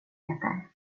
meter